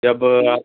जब आप